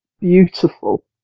beautiful